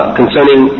concerning